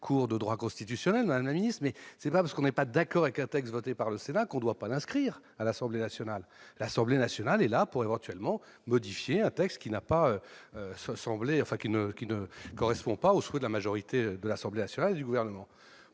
cours de droit constitutionnel, mais ce n'est pas parce qu'on n'est pas d'accord avec un texte voté par le Sénat qu'on ne doit pas l'inscrire à l'ordre du jour de l'Assemblée nationale ... Les députés peuvent modifier un texte qui ne correspond pas aux souhaits de la majorité de l'Assemblée nationale et du Gouvernement.